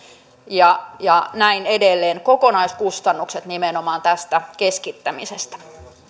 ja ja näin edelleen kokonaiskustannukset nimenomaan tästä keskittämisestä